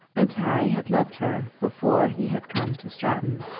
and harry had loved her before he had come to stratton.